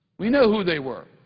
we know who they were.